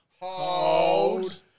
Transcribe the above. Hold